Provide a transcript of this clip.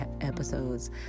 episodes